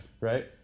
Right